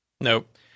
Nope